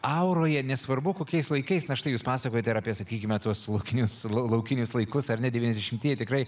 auroje nesvarbu kokiais laikais na štai jūs pasakojate apie sakykime tuos laukinius laukinius laikus ar ne devyniasdešimtieji tikrai